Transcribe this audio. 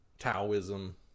Taoism